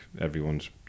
everyone's